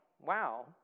wow